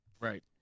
Right